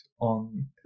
on